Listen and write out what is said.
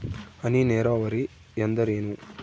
ಹನಿ ನೇರಾವರಿ ಎಂದರೇನು?